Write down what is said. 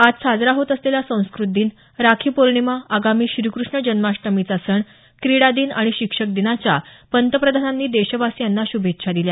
आज साजरा होत असलेला संस्कृत दिन राखी पोर्णिमा आगामी श्रीकृष्ण जन्माष्टमीचा सण क्रीडा दिन आणि शिक्षक दिनाच्या पंतप्रधानांनी देशवासियांना शुभेच्छा दिल्या